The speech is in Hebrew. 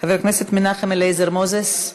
חבר הכנסת מנחם אליעזר מוזס,